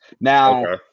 Now